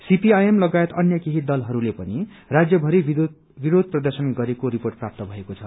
CPIM लगायत अन्य केही दलहरूले पनि राज्य भरि विरोध प्रदर्शन गरेको रिर्पोट प्राप्त भएको छ